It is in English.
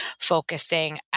focusing